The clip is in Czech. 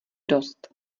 dost